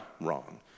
wrong